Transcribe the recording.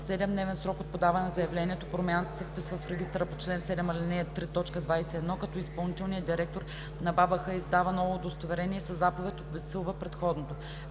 7-дневен срок от подаване на заявлението промяната се вписва в регистъра по чл. 7, ал. 3, т. 21, като изпълнителният директор на БАБХ издава ново удостоверение и със заповед обезсилва предходното.